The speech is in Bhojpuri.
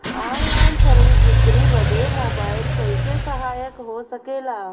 ऑनलाइन खरीद बिक्री बदे मोबाइल कइसे सहायक हो सकेला?